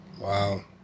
Wow